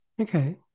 okay